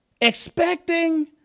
expecting